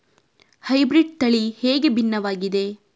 Hybrid ತಳಿ ಹೇಗೆ ಭಿನ್ನವಾಗಿದೆ?